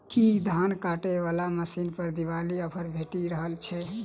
की धान काटय वला मशीन पर दिवाली ऑफर भेटि रहल छै?